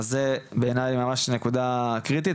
אז זה בעיני נקודה קריטית,